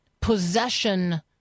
possession